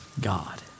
God